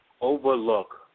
overlook